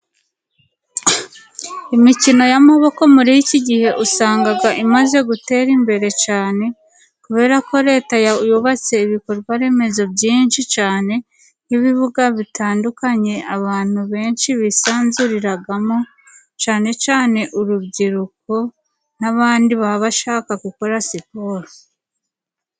Imikino y'amaboko muri iki gihe usanga imaze gutera imbere cyane , kubera ko Leta yubatse ibikorwa remezo byinshi cyane , nk'ibibuga bitandukanye abantu benshi bisanzuriramo cyane cyane urubyiruko n'abandi baba bashaka gukora siporo.